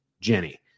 Jenny